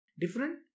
different